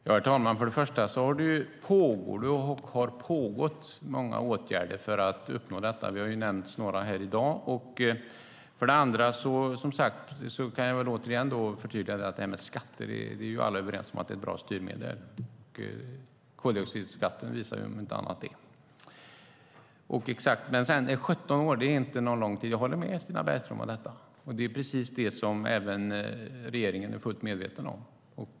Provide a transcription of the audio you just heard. Herr talman! För det första pågår många åtgärder för att uppnå detta. Några har nämnts här i dag. För det andra är vi alla överens om att skatter är ett bra styrmedel, inte minst koldioxidskatten. Sedan håller jag med Stina Bergström om att 17 år inte är någon lång tid. Det är också regeringen fullt medveten om.